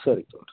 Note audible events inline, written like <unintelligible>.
ಸರಿ <unintelligible>